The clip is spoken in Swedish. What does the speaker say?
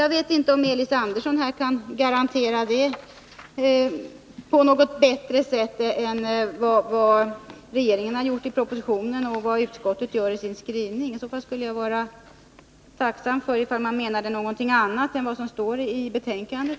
Jag vet inte om Elis Andersson kan garantera det på något bättre sätt än vad regeringen har gjort i propositionen och vad utskottet gör i sin skrivning. I så fall skulle jag vara tacksam för ett besked om han menar något annat än vad som står i betänkandet.